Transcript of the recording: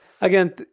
again